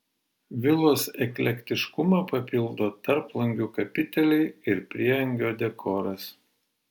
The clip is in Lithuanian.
vilos eklektiškumą papildo tarplangių kapiteliai ir prieangio dekoras